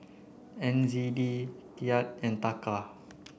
N Z D Kyat and Taka